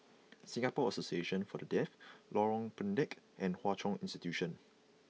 Singapore Association For The Deaf Lorong Pendek and Hwa Chong Institution